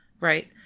right